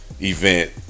Event